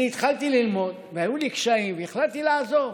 אני התחלתי ללמוד והיו לי קשיים והחלטתי לעזוב